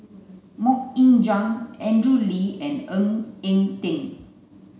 Mok Ying Jang Andrew Lee and Ng Eng Teng